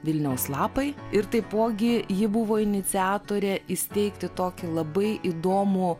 vilniaus lapai ir taipogi ji buvo iniciatorė įsteigti tokį labai įdomų